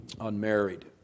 unmarried